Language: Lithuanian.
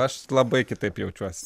aš labai kitaip jaučiuos